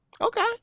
okay